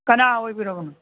ꯀꯅꯥ ꯑꯣꯏꯕꯤꯔꯕꯅꯣ